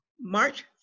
march